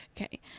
Okay